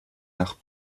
nach